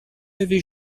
avait